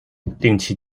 定期